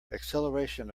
acceleration